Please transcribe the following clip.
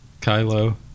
Kylo